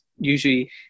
usually